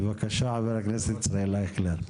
בבקשה, חבר הכנסת ישראל אייכלר.